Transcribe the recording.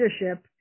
leadership